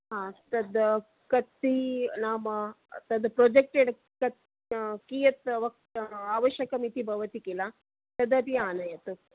हा तद् कती नाम तद् प्रोजेक्टेड् तद् कियत् वक्त् अवश्यकम् इति भवति खिल तदपि आनयतु